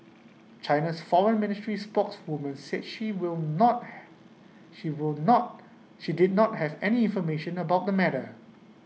China's Foreign Ministry spokeswoman said she will not she will not she did not have any information about the matter